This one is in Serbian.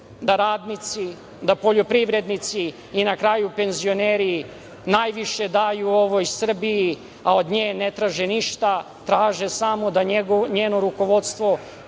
da radnici, da poljoprivrednici i na kraju penzioneri najviše daju ovoj Srbiji, a od nje ne traže ništa. Traže samo da njeno rukovodstvo